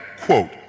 quote